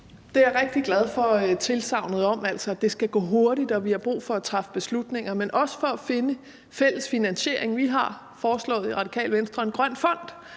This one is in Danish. Jeg er rigtig glad for tilsagnet om, at det skal gå hurtigt, og at vi har brug for at træffe beslutninger, men også om at finde fælles finansiering. Vi har i Radikale Venstre foreslået en grøn fond